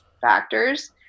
factors